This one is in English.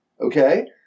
okay